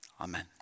Amen